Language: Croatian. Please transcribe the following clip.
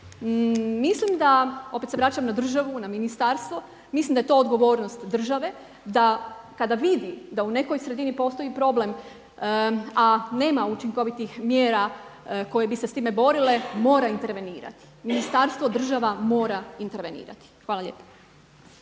Mislim da, opet se vraćam na državu, na ministarstva. Mislim da je to odgovornost države da kada vidi da u nekoj sredini postoji problem, a nema učinkovitih mjera koje bi se s time borile mora intervenirati. Ministarstvo, država mora intervenirati. Hvala lijepo.